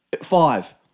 Five